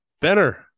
Benner